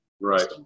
Right